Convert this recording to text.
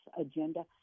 agenda